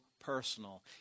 personal